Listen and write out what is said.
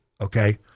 okay